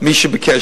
מי שביקש,